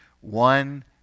One